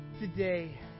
today